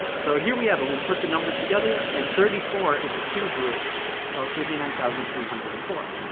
so here we have it, we put the numbers together and thirty four is the cube root of thirty nine thousand three hundred and four.